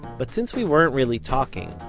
but since we weren't really talking,